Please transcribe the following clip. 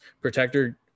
protector